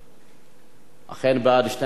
אכן, בעד, 12, אין מתנגדים.